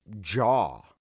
jaw